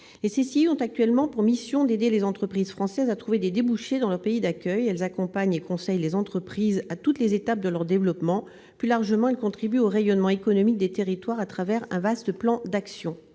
ont actuellement pour mission d'aider les entreprises françaises à trouver des débouchés dans leurs pays d'accueil. Elles accompagnent et conseillent les entreprises à toutes les étapes de leur développement. Plus largement, elles contribuent au rayonnement économique des territoires à travers un vaste plan d'action.